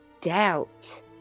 doubt